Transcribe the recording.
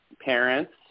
parents